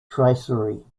tracery